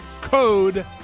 code